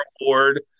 Award